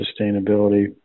sustainability